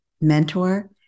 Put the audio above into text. Mentor